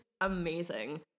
amazing